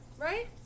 right